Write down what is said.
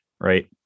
Right